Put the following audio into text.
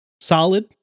solid